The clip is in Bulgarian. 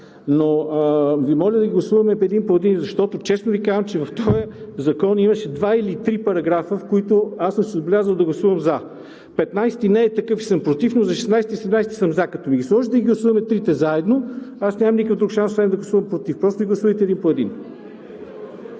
Но Ви моля да ги гласуваме един по един, защото, честно Ви казвам, в този закон имаше два или три параграфа, в които съм си отбелязал да гласувам „за“ – петнадесети не е такъв и съм „против“, но за параграфи 16 и 17 съм „за“. Като подложите да ги гласуваме трите заедно, аз нямам никакъв друг шанс, освен да гласувам „против“. Просто ги гласувайте един по един.